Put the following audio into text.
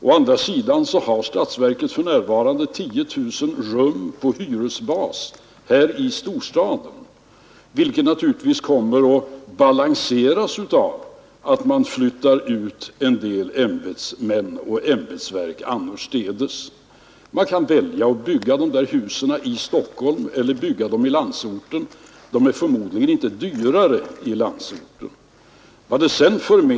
Å andra sidan har statsverket för närvarande 10 000 rum på hyresbas här i storstaden, vilket naturligtvis kommer att balanseras av att man flyttar ut en del ämbetsmän och ämbetsverk till andra platser. Man kan välja mellan att bygga de där husen i Stockholm eller att bygga dem i landsorten — de blir förmodligen inte dyrare i landsorten.